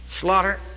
slaughter